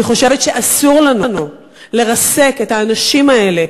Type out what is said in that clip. אני חושבת שאסור לנו לרסק את האנשים האלה,